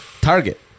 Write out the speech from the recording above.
Target